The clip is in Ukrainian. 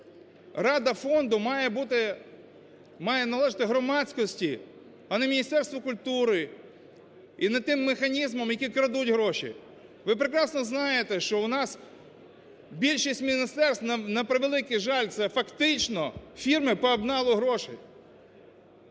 має бути… має належати громадськості, а не Міністерству культури і не тим механізмом, які крадуть гроші. Ви прекрасно знаєте, що у нас більшість міністерств, на превеликий жаль, це фактично фірми по обналу грошей.